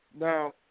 Now